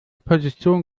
position